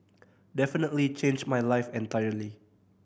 definitely changed my life entirely